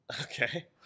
Okay